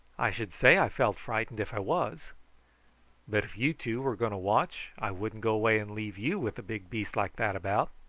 i should say i felt frightened if i was but if you two were going to watch i wouldn't go away and leave you with a big beast like that about.